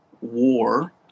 war